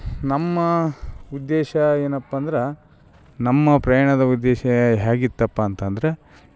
ನಮ್ಮ ಉದ್ದೇಶ ಏನಪ್ಪ ಅಂದ್ರೆ ನಮ್ಮ ಪ್ರಯಾಣದ ಉದ್ದೇಶ ಹ್ಯಾಗಿತಪ್ಪ ಅಂತಂದರೆ